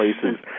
places